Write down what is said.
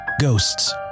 Ghosts